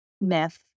myth